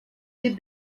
tip